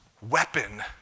weapon